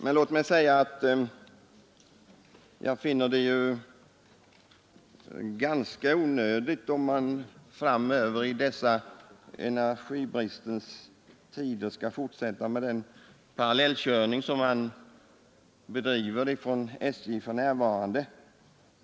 Men låt mig säga att jag finner det ganska onödigt om man framöver i dessa energibristens tider skall fortsätta med den parallellkörning som man bedriver inom SJ för närvarande.